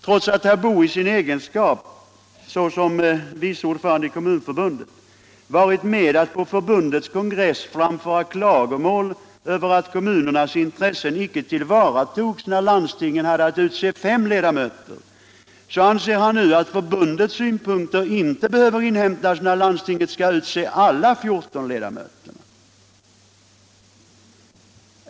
Trots att herr Boo i denna sin egenskap varit med om att på förbundets kongress framföra klagomål över att kommunernas intressen icke tillvaratogs av landstingen när de hade att utse fem ledamöter, anser han nu att förbundets synpunkter inte behöver inhämtas när landstingen skall utse alla 14 ledamöterna.